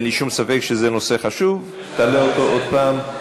אין לי שום ספק שזה נושא חשוב, תעלה אותו עוד פעם.